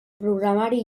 programari